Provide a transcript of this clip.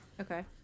Okay